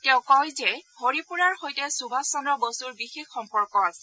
তেওঁ কয়ে যে হৰিপুৰাৰ সৈতে সুভাষ চন্দ্ৰ বসুৰ বিশেষ সম্পৰ্ক আছিল